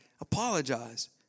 Apologize